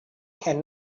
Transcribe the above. had